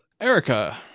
Erica